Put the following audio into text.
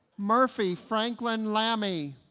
murphy franklin lamie